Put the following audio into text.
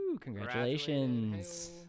Congratulations